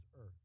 earth